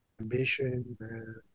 ambition